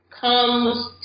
comes